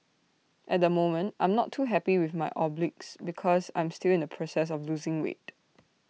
at the moment I'm not too happy with my obliques because I'm still in the process of losing weight